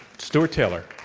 stuart taylor.